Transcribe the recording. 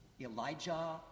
Elijah